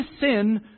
sin